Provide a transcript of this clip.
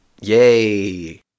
Yay